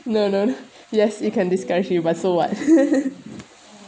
no no no yes it can discourage you but so what